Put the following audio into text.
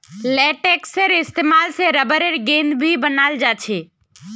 लेटेक्सेर इस्तेमाल से रबरेर गेंद भी बनाल जा छे